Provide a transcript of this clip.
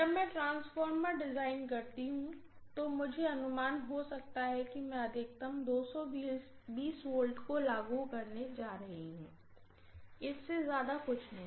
जब मैं transformer design करती हूँ तो मुझे अनुमान हो सकता है कि मैं अधिकतम 220 V को लागू करने जा रही हूँ इससे ज्यादा कुछ नहीं